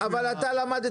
עכשיו, רגע.